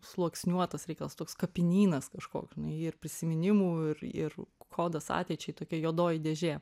sluoksniuotas reikalas toks kapinynas kažkoks žin ir prisiminimų ir ir kodas ateičiai tokia juodoji dėžė